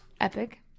Epic